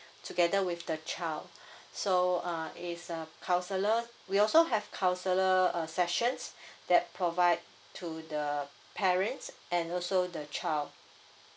together with the child so uh is uh counsellor we also have counselling uh sessions that provide to the parents and also the child